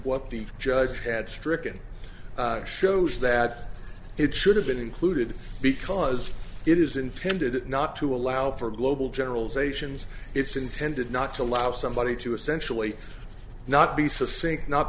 what the judge had stricken shows that it should have been included because it is intended not to allow for global generalisations it's intended not to allow somebody to essentially not be